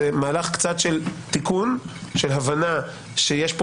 זה מהלך קצת של תיקון של הבנה שיש פה